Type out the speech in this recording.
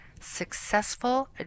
successful